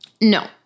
No